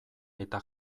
eta